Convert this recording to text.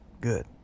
good